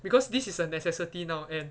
because this is a necessity now and